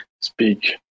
speak